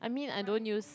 I mean I don't use